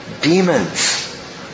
demons